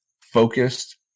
focused